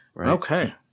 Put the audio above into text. Okay